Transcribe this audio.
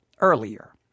earlier